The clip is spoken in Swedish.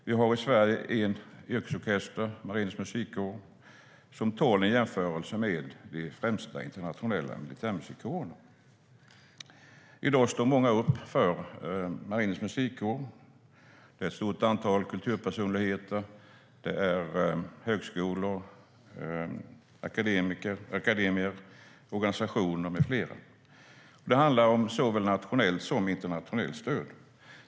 Vi har i Sverige en militär yrkesorkester, Marinens Musikkår, som tål en jämförelse med de främsta internationella militärmusikkårerna. I dag står många upp för Marinens Musikkår - ett stort antal kulturpersonligheter, högskolor, akademier, organisationer med flera. Det handlar om såväl nationellt som internationellt stöd.